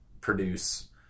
produce